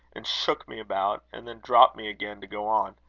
and shook me about, and then dropped me again to go on.